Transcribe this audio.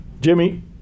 Jimmy